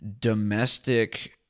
domestic